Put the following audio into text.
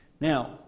Now